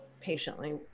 patiently